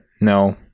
No